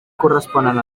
corresponen